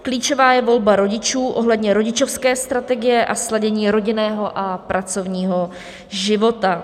Klíčová je volba rodičů ohledně rodičovské strategie a sladění rodinného a pracovního života.